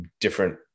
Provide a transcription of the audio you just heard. different